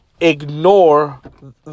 ignore